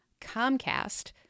Comcast